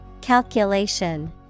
Calculation